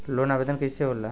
Loan आवेदन कैसे होला?